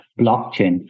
blockchain